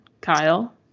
Kyle